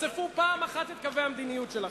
תחשפו פעם אחת את קווי המדיניות שלכם.